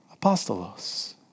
Apostolos